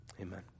Amen